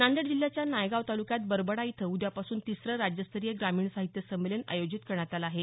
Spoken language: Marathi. नांदेड जिल्ह्याच्या नायगाव तालुक्यात बरबडा इथं उद्यापासून तिसरं राज्यस्तरीय ग्रामीण साहित्य संमेलन आयोजित करण्यात आलं आहे